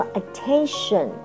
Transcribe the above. attention